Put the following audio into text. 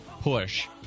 push